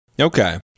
Okay